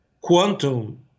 quantum